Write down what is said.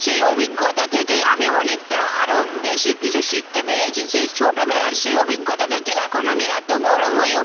সেই অভিজ্ঞতা থেকেই আমি অনেকটা আরও বেশি কিছু শিখতে পেরেছি সেই স্ ছোটোবেলার সেই অভিজ্ঞতা থেকে এখন আমি এত বড় হয়েও